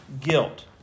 guilt